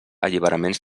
alliberaments